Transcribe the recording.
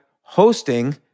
hosting